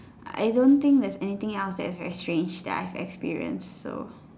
I don't think there's anything else that's very strange that I've experienced so